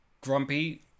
grumpy